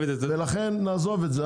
לכן נעזוב את זה.